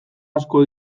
asko